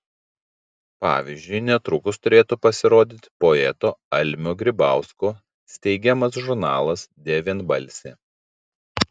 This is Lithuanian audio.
pavyzdžiui netrukus turėtų pasirodyti poeto almio grybausko steigiamas žurnalas devynbalsė